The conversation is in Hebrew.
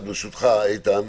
ברשותך איתן.